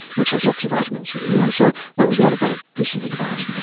which has lots of vitamin c anyway, so that was not a bad piece of advice.